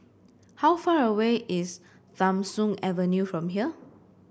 how far away is Tham Soong Avenue from here